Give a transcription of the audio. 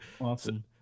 awesome